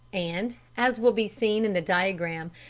and, as will be seen in the diagram,